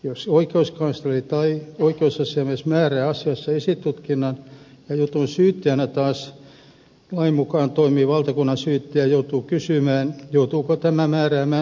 jos oikeuskansleri tai oikeusasiamies määrää asiassa esitutkinnan ja jutun syyttäjänä taas lain mukaan toimii valtakunnansyyttäjä joutuu kysymään joutuuko tämä määräämään uuden esitutkinnan suorittamisesta